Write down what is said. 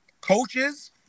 coaches